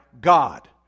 God